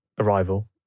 arrival